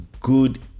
good